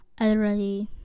Already